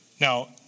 Now